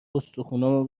استخونامو